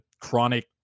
chronic